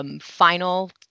final